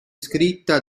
scritta